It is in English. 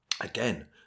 Again